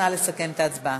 נא לסכם את ההצבעה.